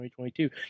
2022